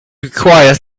requires